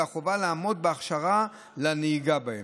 וחובה לעמוד בהכשרה לנהיגה בהם.